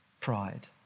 pride